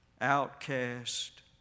outcast